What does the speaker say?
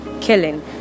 killing